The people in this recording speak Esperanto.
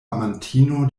amantino